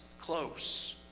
close